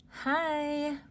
Hi